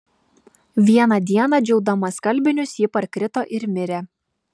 vieną dieną džiaudama skalbinius ji parkrito ir mirė